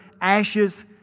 ashes